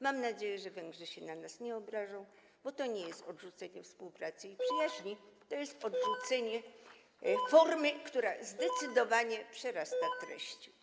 Mam nadzieję, że Węgrzy się na nas nie obrażą, bo to nie jest odrzucenie współpracy i przyjaźni, to jest odrzucenie formy, która zdecydowanie przerasta treść.